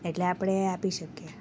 એટલે આપણે એ આપી શકીએ ઓકે